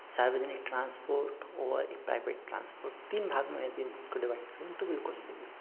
सार्वजनिक ट्रांसपोर्ट व एक प्राइवेट ट्रांसपोर्ट तीन भाग में यदि हम उसको डिवाइड करें तो बिल्कुल सही है